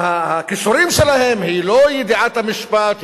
שהכישורים שלהם הם לא ידיעת המשפט,